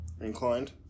inclined